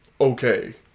okay